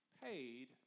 paid